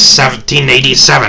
1787